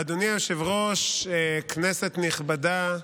אדוני היושב-ראש, כנסת נכבדה,